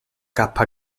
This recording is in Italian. kappa